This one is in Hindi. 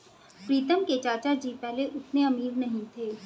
प्रीतम के चाचा जी पहले उतने अमीर नहीं थे